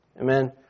Amen